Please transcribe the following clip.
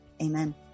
Amen